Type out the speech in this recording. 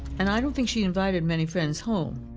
and i don't think she invited many friends home.